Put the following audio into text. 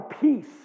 peace